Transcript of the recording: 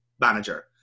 manager